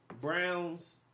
Browns